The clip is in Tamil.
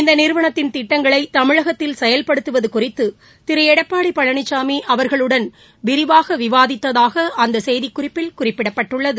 இந்த நிறுவனத்தின் திட்டங்களை தமிழகத்தில் செயல்படுத்துவது குறிதது திரு எடப்பாடி பழனிசாமி அவர்களுடன் விரிவாக விவாதித்ததாக அந்த செய்திக்குறிப்பில் குறிப்பிடப்பட்டுள்ளது